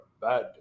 bad